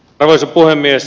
arvoisa puhemies